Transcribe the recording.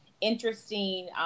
interesting